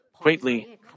greatly